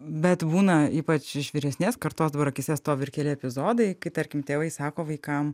bet būna ypač iš vyresnės kartos dabar akyse stovi ir keli epizodai kai tarkim tėvai sako vaikam